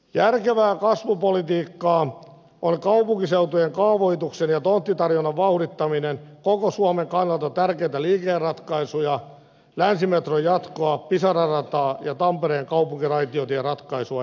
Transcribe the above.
järkevää kasvupolitiikkaa on kaupunkiseutujen kaavoituksen ja tonttitarjonnan vauhdittaminen koko suomen kannalta tärkeitä liikenneratkaisuja länsimetron jatkoa pisara rataa ja tampereen kaupunkiraitiotieratkaisua edistäen